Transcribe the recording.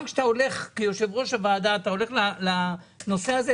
גם כשאתה כיושב ראש הוועדה הולך לנושא הזה,